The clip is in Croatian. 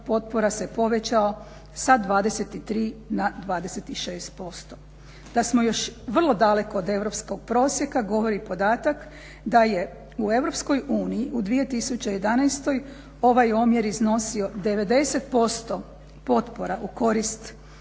potpora se povećao sa 23 na 26%. Da smo još vrlo daleko od europskog prosjeka govori podatak da je u EU u 2011.ovaj omjer iznosio 90% potpora u korist